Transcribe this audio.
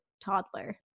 toddler